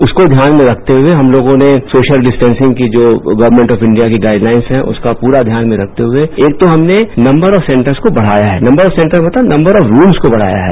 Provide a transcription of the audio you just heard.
उसको ध्यान में हुए हम लोगों ने सोशल ठिस्टेसिंग की जो गर्दमेंट ऑफ इंडिया की गाइडलाइन्स है उसका पूरा ध्यान मे रखते हुए एक तो हमने नंबर ऑफ सेंटर्स को बढ़ाया है नंबर ऑफ सेंटर्स मतलब नंबर ऑफ सम्स को बढ़ाया है